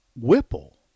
Whipple